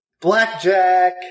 Blackjack